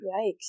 Yikes